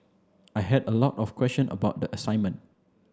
I had a lot of question about the assignment